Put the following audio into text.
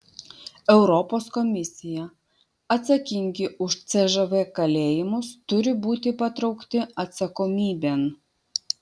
europos komisija atsakingi už cžv kalėjimus turi būti patraukti atsakomybėn